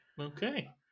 Okay